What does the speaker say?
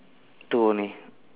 two only